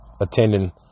attending